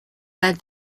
said